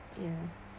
ya